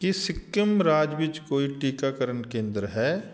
ਕੀ ਸਿੱਕਮ ਰਾਜ ਵਿੱਚ ਕੋਈ ਟੀਕਾਕਰਨ ਕੇਂਦਰ ਹੈ